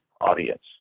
audience